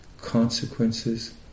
consequences